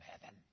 heaven